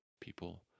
people